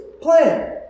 plan